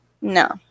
no